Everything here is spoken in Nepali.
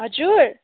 हजुर